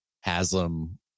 Haslam